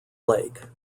lake